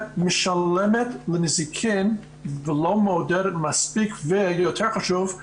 משלמת ל- -- ולא מעודדת מספיק ויותר חשוב,